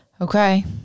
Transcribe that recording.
Okay